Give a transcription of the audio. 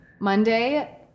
Monday